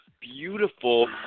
beautiful